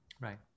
Right